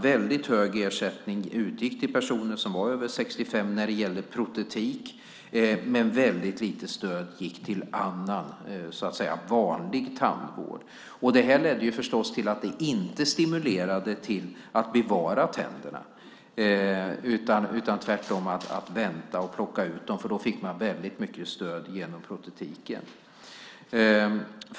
Väldigt hög ersättning utgick till personer som var över 65 år när det gällde protetik, men väldigt lite stöd gick till annan, vanlig tandvård. Detta ledde förstås till att det inte stimulerade till att bevara tänderna, utan tvärtom till att vänta och plocka ut dem, för då fick man väldigt mycket stöd genom protetiken.